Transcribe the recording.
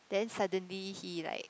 then suddenly he like